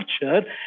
culture